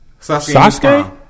Sasuke